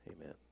Amen